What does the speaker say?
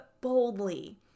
boldly